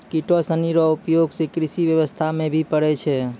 किटो सनी रो उपयोग से कृषि व्यबस्था मे भी पड़ै छै